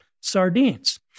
sardines